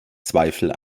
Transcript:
zweifel